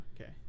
okay